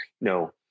No